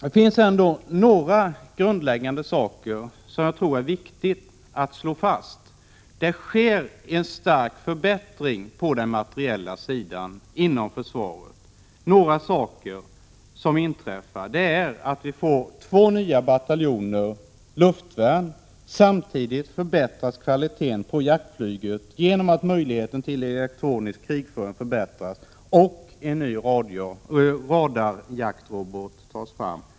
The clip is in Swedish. Det finns några grundläggande saker som det är viktigt att slå fast. Det sker en stark förbättring på den materiella sidan inom försvaret. Några saker som inträffar är att vi får två nya bataljoner luftvärn. Samtidigt förbättras kvaliteten på jaktflyget genom att möjligheten till elektronisk krigföring förbättras och en ny radarjaktrobot tas fram.